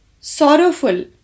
Sorrowful